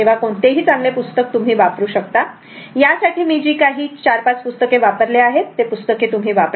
तेव्हा कोणतेही चांगले पुस्तक तुम्ही वापरू शकता यासाठी मी जे काही 4 5 पुस्तके वापरले आहेत ते पुस्तके तुम्ही वापरा